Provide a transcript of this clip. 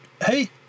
hey